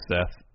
Seth